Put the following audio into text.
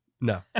No